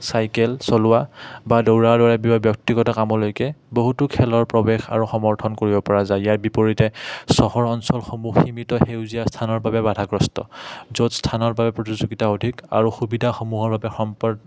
cycle চলোৱা বা দৌৰাৰ দৰে বি ব্যক্তিগত কামলৈকে বহুতো খেলৰ প্ৰৱেশ আৰু সমৰ্থন কৰিব পৰা যায় ইয়াৰ বিপৰীতে চহৰ অঞ্চলসমূহ সীমিত সেউজীয়া স্থানৰ বাবে বাধাগ্ৰস্ত য'ত স্থানৰ বাবে প্ৰতিযোগিতা অধিক আৰু সুবিধাসমূহৰ বাবে সম্পৰ